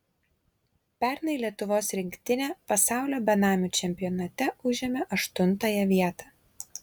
pernai lietuvos rinktinė pasaulio benamių čempionate užėmė aštuntąją vietą